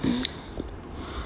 mm